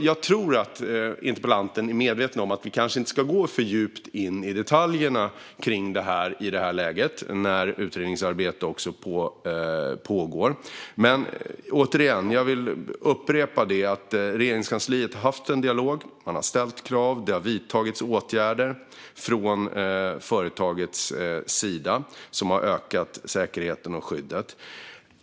Jag tror att interpellanten är medveten om att vi inte ska gå för djupt in i detaljerna kring detta i detta läge, när utredningsarbete pågår. Men jag vill upprepa att Regeringskansliet har fört en dialog och ställt krav, och det har vidtagits åtgärder från företagets sida som har ökat säkerheten och skyddet.